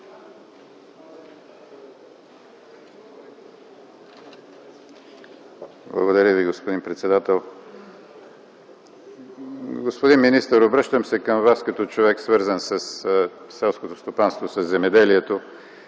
Благодаря Ви, господин председател. Господин министър, обръщам се към Вас като човек, свързан със селското стопанство, със земеделието